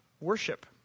worship